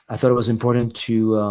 ah thought it was important to